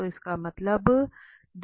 तो इसका मतलब है